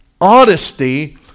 honesty